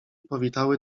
powitały